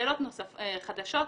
שאלות נוספות חדשות,